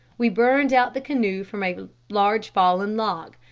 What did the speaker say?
we burned out the canoe from a large fallen log.